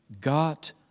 got